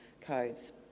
codes